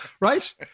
right